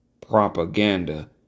propaganda